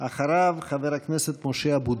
אחריו, חבר הכנסת משה אבוטבול.